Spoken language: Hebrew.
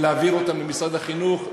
להעביר אותם למשרד החינוך,